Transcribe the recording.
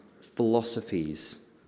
philosophies